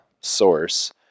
source